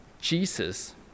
Jesus